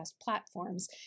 platforms